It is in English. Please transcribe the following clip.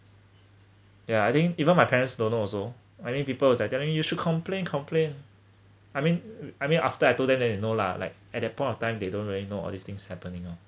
yeah I think even my parents don't know also I mean people was like telling you should complain complain I mean I mean after I told them then they know lah like at that point of time they don't really know all these things happening lor